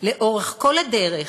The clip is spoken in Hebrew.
לאורך כל הדרך,